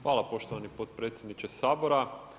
Hvala poštovani potpredsjedniče Sabora.